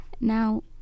Now